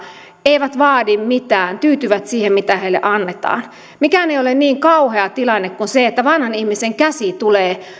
eivät vaadi mitään tyytyvät siihen mitä heille annetaan mikään ei ole niin kauhea tilanne kuin se että vanhan ihmisen käsi tulee